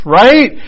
right